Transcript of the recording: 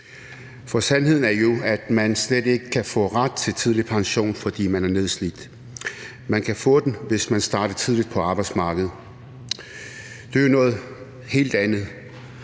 gøre. Sandheden er jo, at man slet ikke kan få ret til tidlig pension, fordi man er nedslidt; man kan få den, hvis man starter tidligt på arbejdsmarkedet, og det er jo noget helt andet.